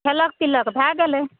खेलक पीलक भए गेलै